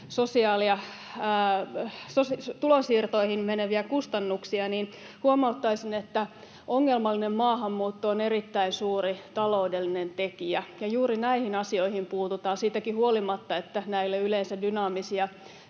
tulonsiirtoihin meneviä kustannuksia, niin huomauttaisin, että ongelmallinen maahanmuutto on erittäin suuri taloudellinen tekijä. Juuri näihin asioihin puututaan, siitäkin huolimatta, että näille ei yleensä dynaamisia